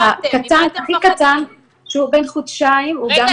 פרסמנו קטע שעוברים חודשיים --- רגע,